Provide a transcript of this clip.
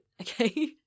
Okay